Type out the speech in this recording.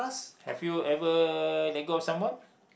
have you ever let go of someone